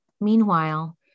Meanwhile